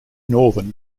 northern